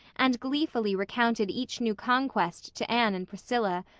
and gleefully recounted each new conquest to anne and priscilla,